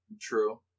True